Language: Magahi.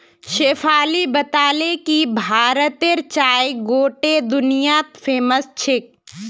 शेफाली बताले कि भारतेर चाय गोट्टे दुनियात फेमस छेक